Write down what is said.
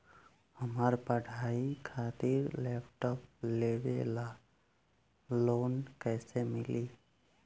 हमार पढ़ाई खातिर लैपटाप लेवे ला लोन कैसे मिली?